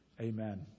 amen